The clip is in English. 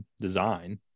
design